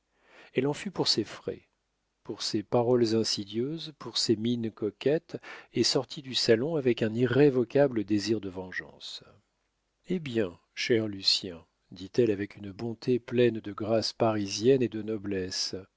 elle en fut pour ses frais pour ses paroles insidieuses pour ses mines coquettes et sortit du salon avec un irrévocable désir de vengeance eh bien cher lucien dit-elle avec une bonté pleine de grâce parisienne et de noblesse